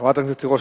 חברת הכנסת תירוש,